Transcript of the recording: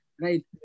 Right